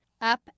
Up